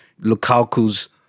Lukaku's